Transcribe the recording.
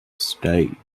stay